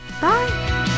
Bye